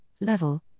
level